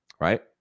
right